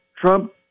Trump